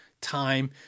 time